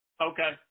okay